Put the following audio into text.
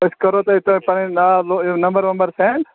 أسۍ کَرہو تۄہہِ تۄہہِ پَنٕنۍ ناو نمبر وَمبر سینٛڈ